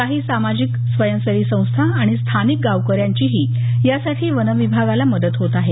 काही सामाजिक स्वयंसेवी संस्था आणि स्थानिक गावकऱ्यांचीही यासाठी वन विभागाला मदत होत आहे